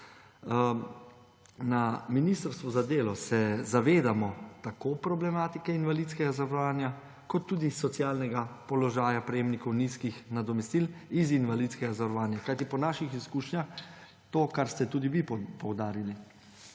Na Ministrstvu za delo se zavedamo tako problematike invalidskega zavarovanja kot tudi socialnega položaja prejemnikov nizkih nadomestil iz invalidskega zavarovanja. Kajti po naših izkušnjah – to, kar ste tudi vi poudarili